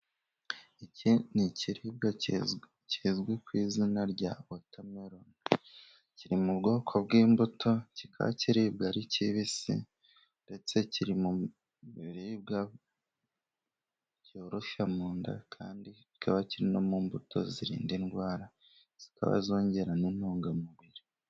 Iki ni ikiribwa kizwi ku izina rya wotameroni, kiri mu bwoko bw'imbuto kikaba kiribwa ari kibisi, ndetse kiri mu biribwa byoroshya mu nda, kandi kikaba kiri no mu mbuto zirinda indwara, zikaba zongera n'intungamubiri.